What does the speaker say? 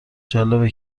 جالبه